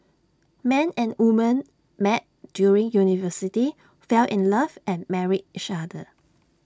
man and woman met during university fell in love and married each other